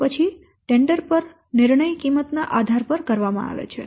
તે પછી ટેન્ડર પર નિર્ણય કિંમત ના આધાર પર કરવામાં આવે છે